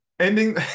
Ending